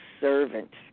servant